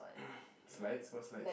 slides what slides